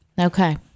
Okay